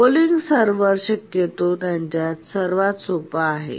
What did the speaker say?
polling server शक्यतो त्यांच्यात सर्वात सोपा आहे